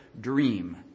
dream